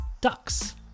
ducks